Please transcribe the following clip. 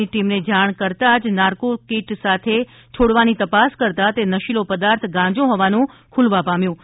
ની ટીમને જાણ કરતા જ નાર્કો કીટ સાથે છોડવાની તપાસ કરતા તે નશીલો પદાર્થ ગાંજો હોવાનું ખુલવા પામ્યું હતું